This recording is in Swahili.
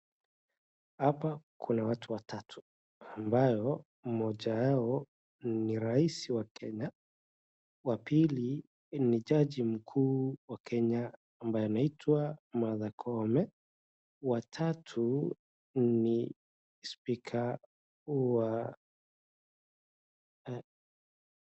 Hapa kuna watu watatu ambayo mmoja wao ni rais wa Kenya wa pili ni jaji mkuu wa Kenya ambaye anaitwa Martha Koome watatu ni spika wa